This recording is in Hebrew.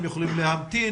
הם יכולים להמתין,